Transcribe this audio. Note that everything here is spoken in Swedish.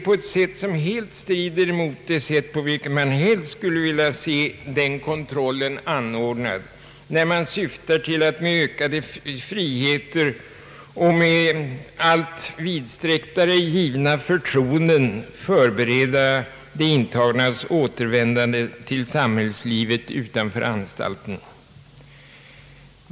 Detta strider helt mot det sätt på vilket man helst skulle vilja se denna kontroll anordnad, när man nu syf tar till att med ökad frihet och med allt vidsträcktare givna förtroenden förbereda de intagnas återvändande till samhällslivet utanför anstalten.